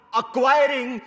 acquiring